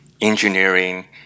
engineering